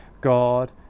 God